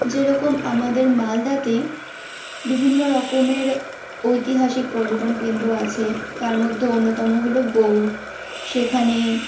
যেরকম আমাদের মালদাতে বিভিন্ন রকমের ঐতিহাসিক পর্যটন কেন্দ্র আছে তার মধ্যে অন্যতম হলো গৌড় সেখানে